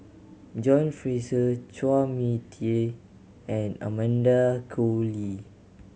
John Fraser Chua Mia Tee and Amanda Koe Lee